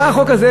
בא החוק הזה,